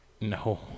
No